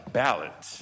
ballot